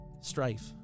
strife